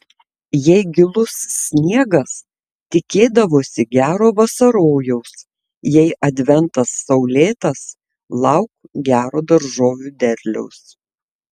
jei gilus sniegas tikėdavosi gero vasarojaus jei adventas saulėtas lauk gero daržovių derliaus